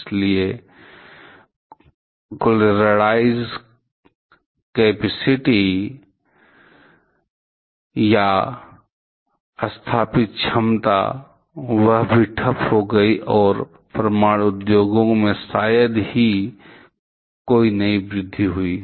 इसलिए कुल realised capacity या स्थापित क्षमता वह भी ठप हो गई और परमाणु उद्योग में शायद ही कोई नई वृद्धि हुई है